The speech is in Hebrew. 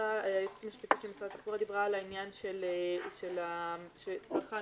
בעצם היועצת המשפטית של משרד התחבורה דיברה על כך שצרכן